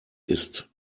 ist